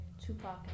Tupac